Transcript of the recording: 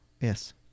yes